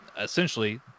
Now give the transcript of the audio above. essentially